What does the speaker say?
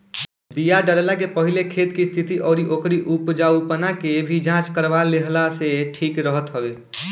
बिया डालला के पहिले खेत के स्थिति अउरी ओकरी उपजाऊपना के भी जांच करवा लेहला से ठीक रहत हवे